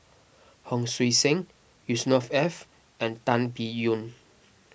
Hon Sui Sen Yusnor Ef and Tan Biyun